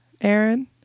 Aaron